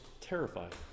terrified